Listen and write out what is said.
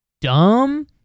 dumb